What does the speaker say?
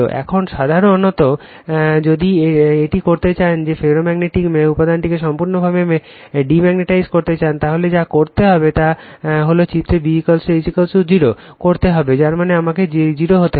এখন সাধারণত যদি এটি করতে চান যে ফেরোম্যাগনেটিক উপাদানটিকে সম্পূর্ণরূপে ডিম্যাগনেটাইজ করতে চান তাহলে যা করতে হবে তা হল চিত্রে B H 0 করতে হবে যার মানে আমাকে 0 হতে হবে